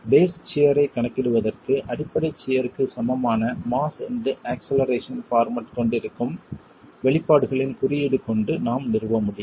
base shear ஐக் கணக்கிடுவதற்குக் அடிப்படை சியர்க்கு சமமான மாஸ் இன்டு அக்ஸ்லெரேஷன் பார்மட் கொண்டிருக்கும் வெளிப்பாடுகளின் குறியீடு கொண்டு நாம் நிறுவ முடியும்